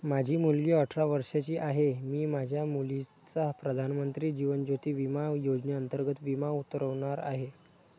माझी मुलगी अठरा वर्षांची आहे, मी माझ्या मुलीचा प्रधानमंत्री जीवन ज्योती विमा योजनेअंतर्गत विमा उतरवणार आहे